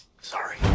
Sorry